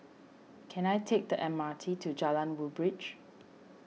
can I take the M R T to Jalan Woodbridge